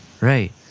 right